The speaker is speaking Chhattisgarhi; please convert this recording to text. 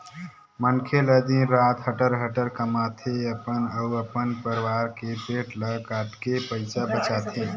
मनखे ह दिन रात हटर हटर कमाथे, अपन अउ अपन परवार के पेट ल काटके पइसा बचाथे